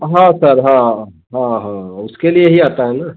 हाँ सर हाँ हाँ हाँ उसके लिए ही आता है न